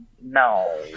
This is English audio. No